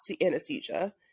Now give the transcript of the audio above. anesthesia